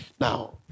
Now